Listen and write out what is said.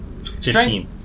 15